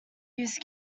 use